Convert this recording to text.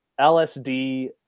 LSD